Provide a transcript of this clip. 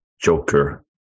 Joker